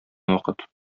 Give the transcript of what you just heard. вакыт